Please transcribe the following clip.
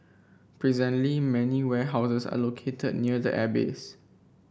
presently many warehouses are located near the airbase